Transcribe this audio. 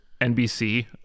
NBC